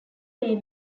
may